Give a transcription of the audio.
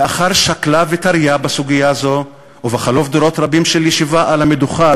לאחר שקלא וטריא בסוגיה זאת ובחלוף דורות רבים של ישיבה על המדוכה,